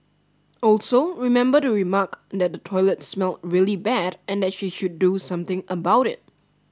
also remember to remark that the toilet smelled really bad and that she should do something about it